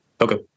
Okay